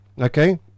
Okay